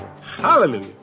Hallelujah